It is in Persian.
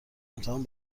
امتحان